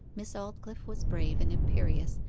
miss aldclyffe was brave and imperious,